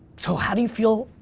so, how do you feel,